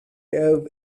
owe